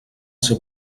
ser